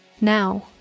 Now